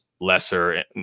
lesser